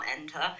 enter